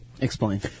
Explain